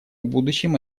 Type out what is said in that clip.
будущем